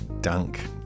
Dunk